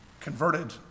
converted